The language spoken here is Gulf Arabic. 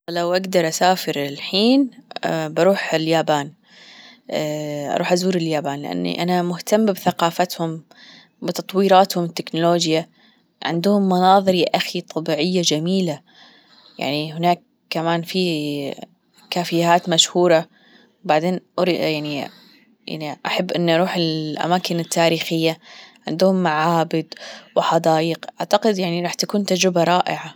لو أقدر أسافر الحين بأروح اليابان أروح أزور اليابان لأني أنا مهتمة بثقافتهم بتطويراتهم وتكنولوجيا عندهم مناظر يا أخي طبيعية جميلة يعني هناك كمان في كافيهات مشهورة بعدين يعني أحب إني أروح الأماكن التاريخية عندهم معابد وحدايق أعتقد يعني راح تكون تجربة رائعة.